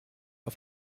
auf